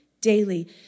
daily